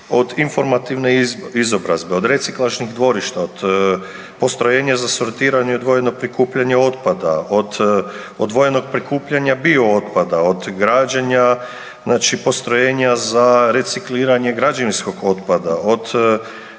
od informativne izobrazbe, od reciklažnih dvorišta, od postrojenja za sortiranje i odvojeno prikupljanje otpada, od odvojenog prikupljanja biootpada, od građenja znači postrojenja za recikliranje građevinskog otpada, od